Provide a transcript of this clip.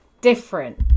different